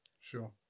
sure